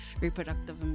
Reproductive